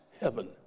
heaven